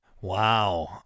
Wow